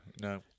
no